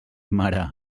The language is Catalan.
mare